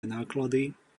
náklady